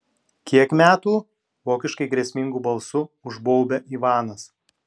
kiek metų vokiškai grėsmingu balsu užbaubia ivanas